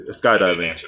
skydiving